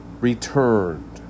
returned